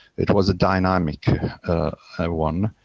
it was a dynamic one.